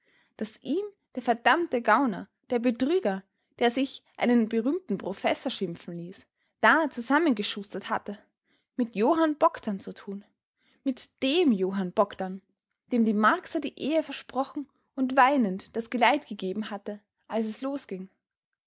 das ihm der verdammte gauner der betrüger der sich einen berühmten professor schimpfen ließ da zusammengeschustert hatte mit johann bogdn zu tun mit dem johann bogdn dem die marcsa die ehe versprochen und weinend das geleit gegeben hatte als es losging